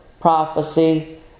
prophecy